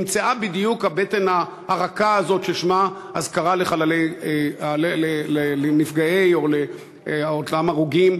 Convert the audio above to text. נמצאה בדיוק הבטן הרכה הזאת ששמה אזכרה לנפגעים או לאותם הרוגים